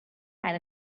had